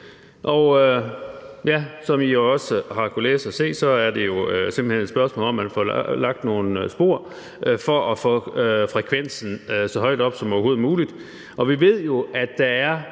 Som I jo også har kunnet læse og se, er det simpelt hen et spørgsmål om, at man får lagt nogle spor for at få frekvensen så højt op som overhovedet muligt.